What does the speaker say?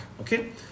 Okay